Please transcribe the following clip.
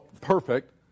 perfect